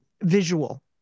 visual